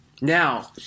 Now